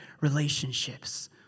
relationships